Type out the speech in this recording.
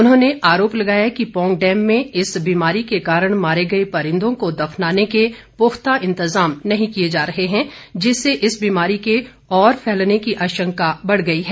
उन्होंने ये भी आरोप लगाया कि पौंग डैम में इस बीमारी के कारण मारे गए परिंदों को दफनाने के पुख्ता इंतजाम नहीं किए जा रहे हैं जिससे इस बीमारी के और फैलने की आशंका बढ़ गई है